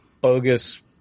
bogus